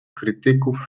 krytyków